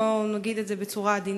בוא נגיד את זה בצורה עדינה,